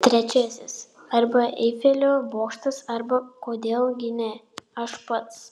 trečiasis arba eifelio bokštas arba kodėl gi ne aš pats